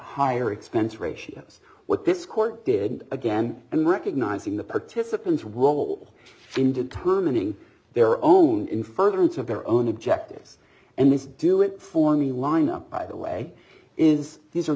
higher expense ratios what this court did again and recognizing the participants role in determining their own in furtherance of their own objectives and this do it for me line up by the way is these are